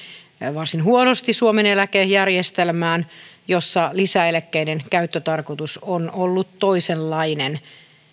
varsin huonosti suomen eläkejärjestelmään jossa lisäeläkkeiden käyttötarkoitus on ollut toisenlainen